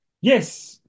Yes